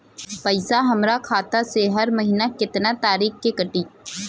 पैसा हमरा खाता से हर महीना केतना तारीक के कटी?